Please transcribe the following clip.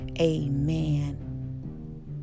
Amen